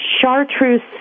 chartreuse